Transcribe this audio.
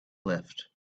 left